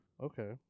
Okay